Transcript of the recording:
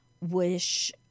wish